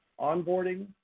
onboarding